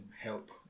help